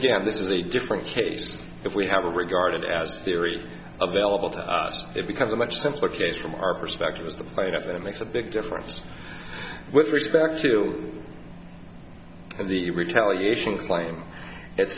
again this is a different case if we have a regarded as theory available to us it becomes a much simpler case from our perspective as the plaintiff it makes a big difference with respect to the retaliation claim at